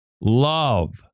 love